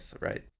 right